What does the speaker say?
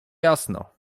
jasno